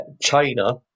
China